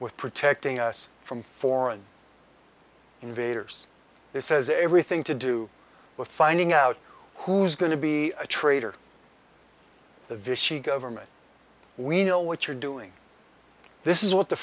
with protecting us from foreign invaders it says everything to do with finding out who's going to be a traitor to vishy government we know what you're doing this is what the